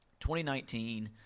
2019